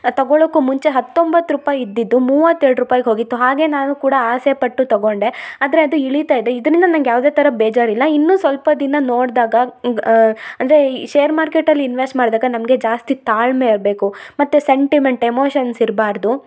ತಗೊಳಕು ಮುಂಚೆ ಹತ್ತೊಂಬತ್ತು ರೂಪಾಯಿ ಇದ್ದಿದ್ದು ಮೂವತ್ತು ಎರಡು ರುಪಾಯ್ಗೆ ಹೋಗಿತ್ತು ಹಾಗೆ ನಾನು ಕೂಡ ಆಸೆ ಪಟ್ಟು ತಗೊಂಡೆ ಆದರೆ ಅದು ಇಳಿತ ಇದೆ ಇದನಿಂದ ನನಗೆ ಯಾವುದೇ ಥರ ಬೇಜಾರು ಇಲ್ಲ ಇನ್ನು ಸ್ವಲ್ಪ ದಿನ ನೋಡ್ದಾಗ ಅಂದರೆ ಈ ಶೇರ್ ಮಾರ್ಕೆಟಲ್ಲಿ ಇನ್ವೆಸ್ಟ್ ಮಾಡ್ದಾಗ ನಮಗೆ ಜಾಸ್ತಿ ತಾಳ್ಮೆ ಇರಬೇಕು ಮತ್ತು ಸೆಂಟಿಮೆಂಟ್ ಎಮೋಶನ್ಸ್ ಇರ್ಬಾರದು